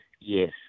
yes